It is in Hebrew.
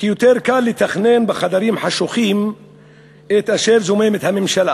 כי יותר קל לתכנן בחדרים חשוכים את אשר הממשלה